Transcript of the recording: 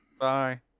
Bye